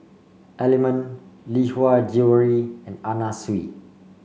Element Lee Hwa Jewellery and Anna Sui